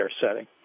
setting